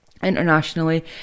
internationally